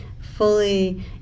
fully